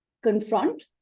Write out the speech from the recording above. confront